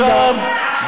עכשיו,